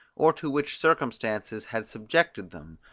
or to which circumstances had subjected them,